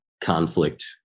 conflict